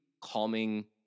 calming